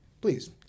Please